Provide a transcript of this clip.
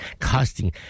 costing